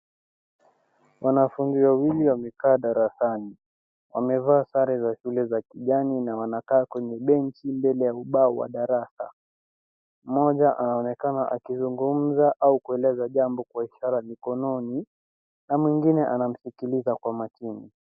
Wanafunzi wawili wamekaa darasani. Wamevaa sare za shule za kijani na wanakaa kwenye benji mbele ya ubao wa darasa. Mmoja anaonekana akizungumza au kueleza jambo kwa ishara mikononi na mwingine anamsikiliza kwa makini.